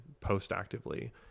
post-actively